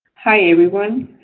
hi, everyone.